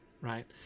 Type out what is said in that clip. right